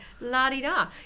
la-di-da